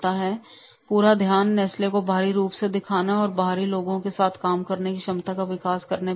और पूरा ध्यान नेस्ले को बाहरी रूप से दिखाने और बाहरी लोगों के साथ काम करने की क्षमता का विकास करने पर है